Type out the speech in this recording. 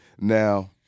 Now